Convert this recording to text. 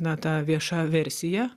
na ta vieša versija